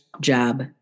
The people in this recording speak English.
job